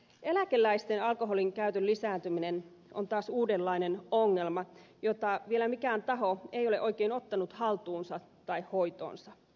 eläkeläisten alkoholin käytön lisääntyminen on taas uudenlainen ongelma jota vielä mikään taho ei ole oikein ottanut haltuunsa tai hoitoonsa